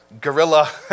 guerrilla